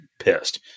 pissed